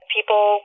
People